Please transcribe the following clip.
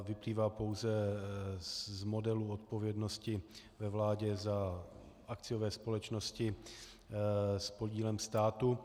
Vyplývá pouze z modelu odpovědnosti ve vládě za akciové společnosti s podílem státu.